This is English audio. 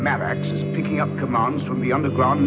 matter action picking up commands from the underground